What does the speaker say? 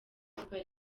super